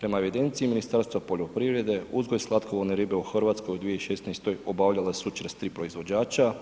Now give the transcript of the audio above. Prema evidenciji Ministarstva poljoprivrede uzgoj slatkovodne ribe u Hrvatskoj u 2016. obavljala su 43 proizvođača